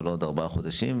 ולא לעוד ארבעה חודשים.